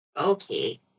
Okay